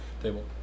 table